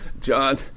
John